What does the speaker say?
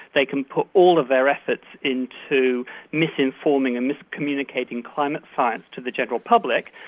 they can put all of their efforts into misinforming and miscommunicating climate science to the general public.